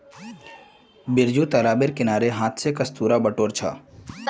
बिरजू तालाबेर किनारेर हांथ स कस्तूरा बटोर छ